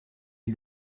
est